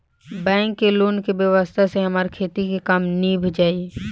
bank के loan के व्यवस्था से हमार खेती के काम नीभ जाई